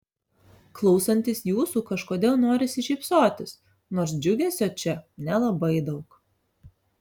klausantis jūsų kažkodėl norisi šypsotis nors džiugesio čia nelabai daug